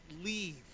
leave